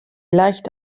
leicht